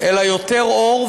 יותר אור,